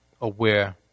aware